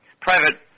private